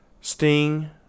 sting